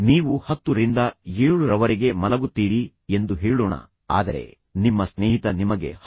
ನೀವು 10 ರಿಂದ 7 ರವರೆಗೆ ಮಲಗುತ್ತೀರಿ ಎಂದು ಹೇಳೋಣ ಆದರೆ ನಿಮ್ಮ ಸ್ನೇಹಿತ ನಿಮಗೆ 10